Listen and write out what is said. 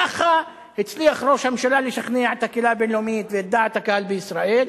ככה הצליח ראש הממשלה לשכנע את הקהילה הבין-לאומית ואת דעת הקהל בישראל,